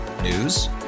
News